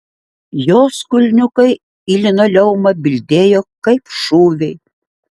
jos kulniukai į linoleumą bildėjo kaip šūviai